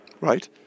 Right